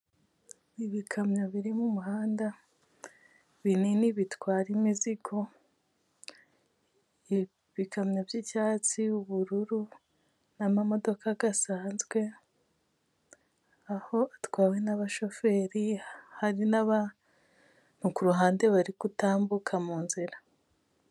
ibikamyo birimo umuhanda binini bitwara imizigo ibikamyo by'icyatsi ubururu n'amamodoka gasanzwe aho atwawe n'abashoferi hari n' kuruhande bari kutambuka muzira